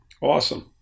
Awesome